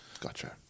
Gotcha